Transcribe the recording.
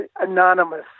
anonymous